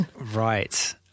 Right